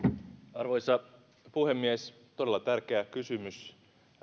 arvoisa puhemies todella tärkeä kysymys